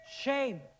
Shame